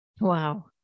Wow